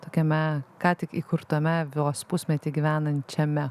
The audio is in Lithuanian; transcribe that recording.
tokiame ką tik įkurtame visą pusmetį gyvenančiame